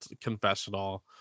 Confessional